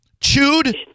chewed